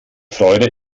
freude